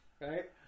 Right